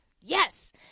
Yes